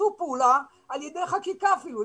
תעשו פעולה על ידי חקיקה אפילו,